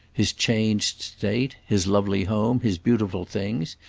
his changed state, his lovely home, his beautiful things,